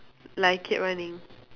like I keep running